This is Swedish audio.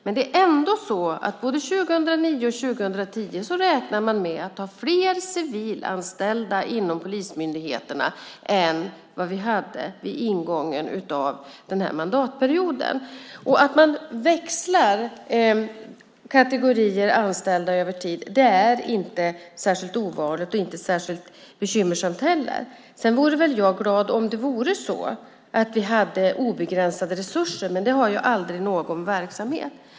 Men ändå är det så att man år 2009 och 2010 räknar med att ha fler civilanställda inom polismyndigheterna än vad vi hade vid ingången av mandatperioden. Att man växlar kategorier anställda över tid är inte särskilt ovanligt och inte heller särskilt bekymmersamt. Jag vore glad om det vore så att vi hade obegränsade resurser, men det har aldrig någon verksamhet.